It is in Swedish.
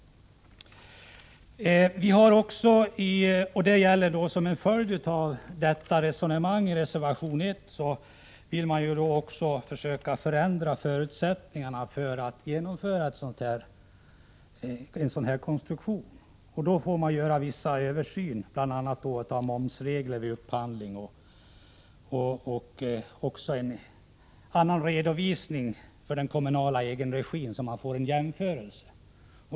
Som en följd av resonemanget i reservation 1 vill vi också försöka förändra förutsättningarna för att genomföra en sådan konstruktion. Då får man göra vissa översyner, bl.a. av momsreglerna vid upphandling. Det handlar också om en annan redovisning för den kommunala egenregiverksamheten, så att man får en jämförelse.